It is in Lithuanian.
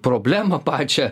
problemą pačią